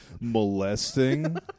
Molesting